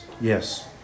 Yes